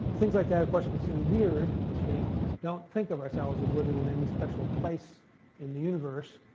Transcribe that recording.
things like that, of course, are considered weird because we don't think of ourselves as living in any special place in the universe,